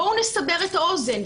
בואו נסבר את האוזן.